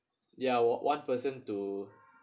ya one person to